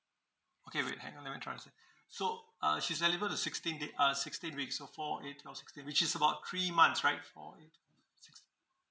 okay wait hang on let me translate so uh she's deliver to sixteen day uh sixteen weeks so four eight twelve sixteen which is about three months right four eight twelve sixteen